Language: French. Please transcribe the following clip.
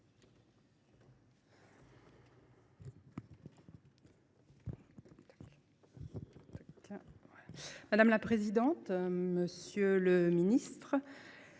Madame la présidente, monsieur le ministre,